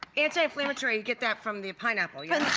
anti-inflammatory, get that from the pineapple yeah.